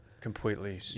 completely –